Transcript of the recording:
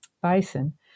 bison